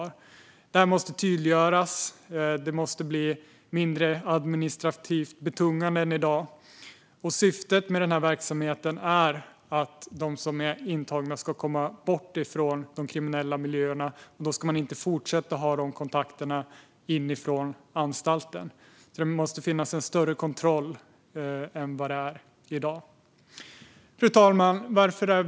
Det här måste tydliggöras och bli mindre administrativt betungande än i dag. Syftet med den här verksamheten är att de som är intagna ska komma bort från de kriminella miljöerna, och då ska man inte fortsätta ha dessa kontakter inifrån anstalten. Det måste finnas en större kontroll än i dag. Fru talman!